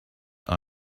that